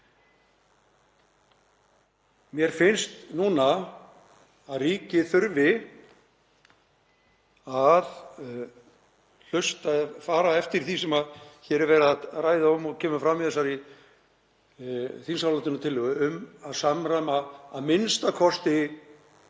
Mér finnst að ríkið þurfi að fara eftir því sem hér er verið að ræða um og kemur fram í þessari þingsályktunartillögu um að samræma a.m.k.